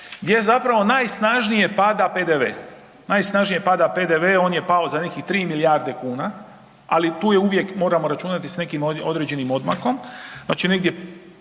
pokazuje ovaj izvještaj gdje najsnažnije pada PDV, on je pao za nekih 3 milijarde kuna, ali tu uvijek moramo računati s nekakvim određenim odmakom, znači negdje